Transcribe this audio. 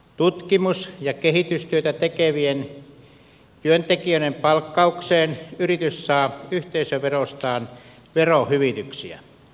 tutkimus ja kehitystyötä tekevien työntekijöiden palkkaukseen yritys saa yhteisöverostaan verohyvityksiä